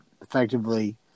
effectively